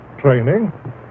training